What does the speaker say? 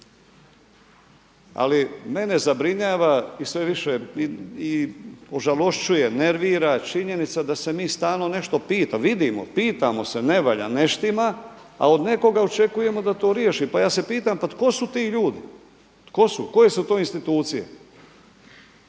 Ali mene zabrinjava i sve više ožalošćuje, nervira činjenica da se mi stalno nešto vidimo, pitamo se ne valja, ne štima, a od nekoga očekujemo da to riješi. Pa ja se pitam, pa tko su ti ljudi, koje su to institucije?